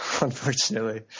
Unfortunately